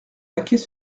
laquais